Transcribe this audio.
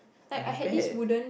I repair